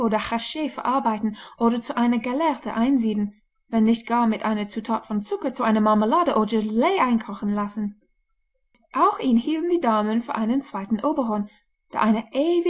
hachee verarbeiten oder zu einer gallerte einsieden wenn nicht gar mit einer zutat von zucker zu einer marmelade oder gelee einkochen lassen auch ihn hielten die damen für einen zweiten oberon der eine